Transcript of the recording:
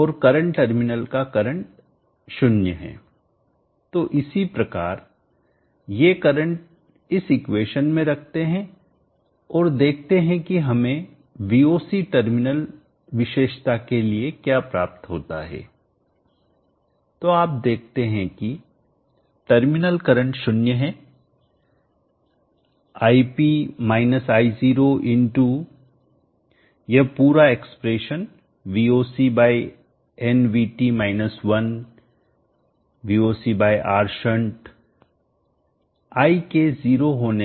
और current terminal का current 0 है तो इसी प्रकार ये करंट इस इक्वेशन में रखते हैं और देखते हैं कि हमें Voc टर्मिनल विशेषता के लिए क्या प्राप्त होता है तो आप देखते हैं कि टर्मिनल करंट 0 है Ip - I0 यह पूरा expression Voc by nVT minus one Vocबाय R shunt I के 0 होने से